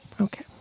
Okay